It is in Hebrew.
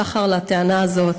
אין שחר לטענה הזאת.